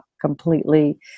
completely